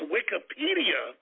Wikipedia